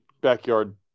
backyard